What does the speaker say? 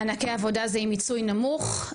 מענקי עבודה זה עם מיצוי נמוך,